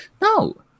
no